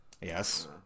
Yes